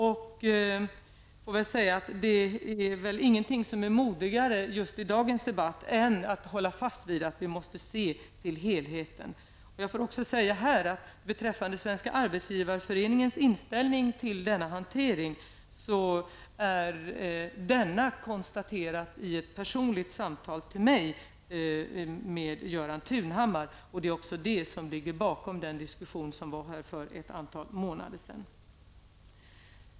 Jag får väl säga att ingenting är modigare i dagens debatt än att hålla fast vid att vi måste se till helheten. Jag får också säga här, att Svenska arbetsgivareföreningens inställning till denna hantering har konstaterats vid ett personligt samtal till mig från Göran Tunhammar. Det är också detta som ligger bakom den diskussion som fördes här för ett antal månader sedan.